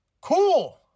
Cool